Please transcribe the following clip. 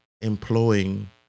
employing